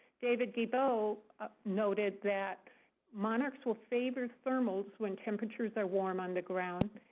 david gilboe noted that monarchs will favor thermals when temperatures are warm on the ground.